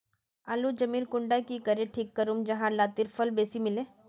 आलूर जमीन कुंडा की करे ठीक करूम जाहा लात्तिर फल बेसी मिले?